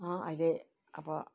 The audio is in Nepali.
अहिले अब